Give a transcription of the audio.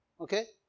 Okay